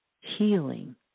healing